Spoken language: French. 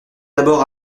d’abord